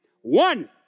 One